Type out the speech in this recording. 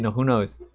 who knows?